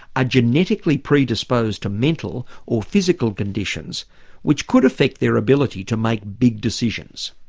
ah genetically predisposed to mental or physical conditions which could affect their ability to make big decisions?